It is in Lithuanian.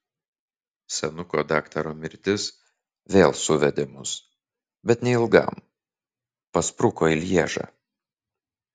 senuko daktaro mirtis vėl suvedė mus bet neilgam paspruko į lježą